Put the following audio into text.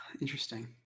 Interesting